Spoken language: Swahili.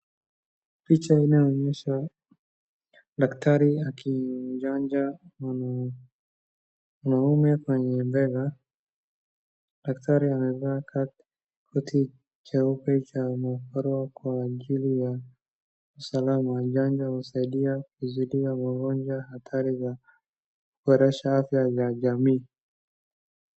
Picha inayoonyesha daktari akimchanja mwana, mwanaume kwenye bega, daktari amevaa koti cheupe cha maabara kwa ajili wa usalama wa chanjo na kusaidia kuzuia magonjwa harari ya kuboresha afya ya jamii.